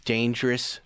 Dangerous